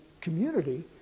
community